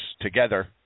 together